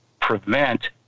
prevent